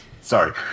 sorry